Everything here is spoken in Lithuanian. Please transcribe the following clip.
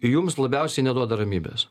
jums labiausiai neduoda ramybės